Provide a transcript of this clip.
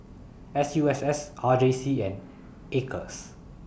S U S S R J C and Acres